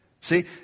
See